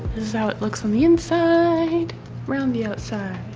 this is how it looks on the inside around the outside